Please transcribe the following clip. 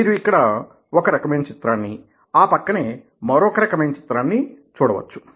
మీరు ఇక్కడ ఒక రకమైన చిత్రాన్ని ఆ పక్కనే మరొక రకమైన చిత్రాన్ని చూడవచ్చు